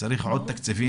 צריך עוד תקציבים.